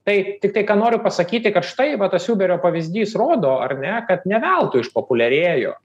tai tik tai ką noriu pasakyti kad štai va tas uberio pavyzdys rodo ar ne kad ne veltui išpopuliarėjo